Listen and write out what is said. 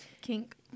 Kink